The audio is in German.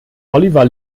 oliver